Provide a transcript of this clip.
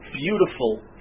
beautiful